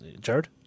Jared